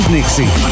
Nixie